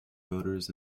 voters